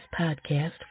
Podcast